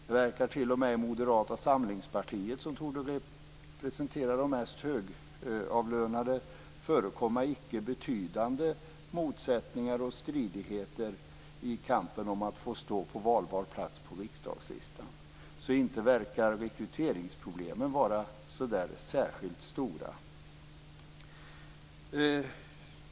Det verkar t.o.m. i Moderata samlingspartiet, som torde representera de mest högavlönade, förekomma icke betydande motsättningar och stridigheter i kampen om att få stå på valbar plats på riksdagslistan. Inte verkar rekryteringsproblemen vara så där särskilt stora.